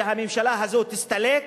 שהממשלה הזאת תסתלק,